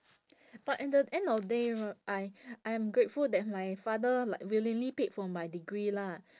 but at the end of day r~ I I'm grateful that my father like willingly paid for my degree lah